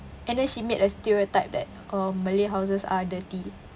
and then she made a stereotype that um malay houses are dirty